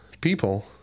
people